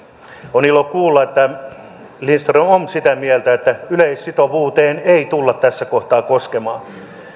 on ilo kuulla että lindström on sitä mieltä että yleissitovuuteen ei tulla tässä kohtaa koskemaan